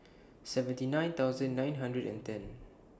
seventy nine thousand nine hundred and ten